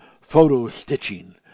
photo-stitching